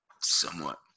Somewhat